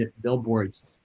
billboards